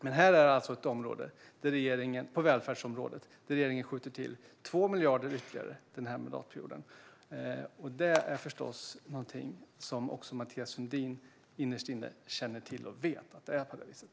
Men på detta välfärdsområde skjuter regeringen alltså till 2 miljarder ytterligare denna mandatperiod. Det är förstås någonting som också Mathias Sundin innerst inne känner till. Han vet att det är på det viset.